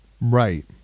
Right